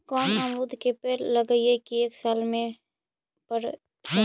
कोन अमरुद के पेड़ लगइयै कि एक साल में पर जाएं?